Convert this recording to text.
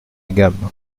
gamme